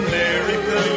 America